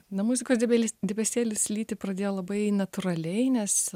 na muzikos dibels debesėlis lyti pradėjo labai natūraliai nes